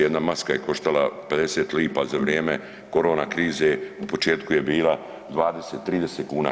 Jedna maska je koštala 50 lipa za vrijeme korona krize u početku je bila 20, 30 kuna.